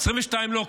ב-2022 לא,